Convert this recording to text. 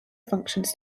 functions